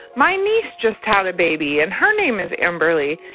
my niece just had a baby and her name is amberleigh.